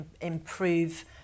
improve